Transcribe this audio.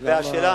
זאת לא השאלה